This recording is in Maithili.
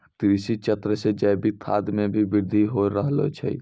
कृषि चक्र से जैविक खाद मे भी बृद्धि हो रहलो छै